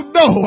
no